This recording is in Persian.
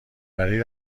وری